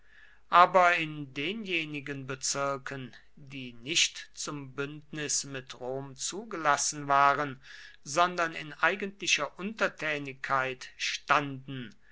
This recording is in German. aber in denjenigen bezirken die nicht zum bündnis mit rom zugelassen waren sondern in eigentlicher untertänigkeit standen